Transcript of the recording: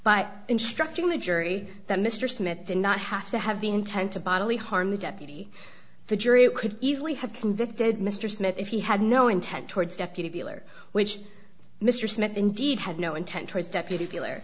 by instructing the jury that mr smith did not have to have the intent to bodily harm the deputy the jury could easily have convicted mr smith if he had no intent towards deputy beeler which mr smith indeed had no intent towards deputy feel